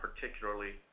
particularly